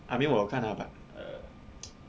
I mean 我有看 ah but uh